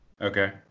Okay